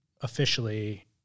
officially